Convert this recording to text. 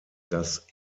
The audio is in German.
das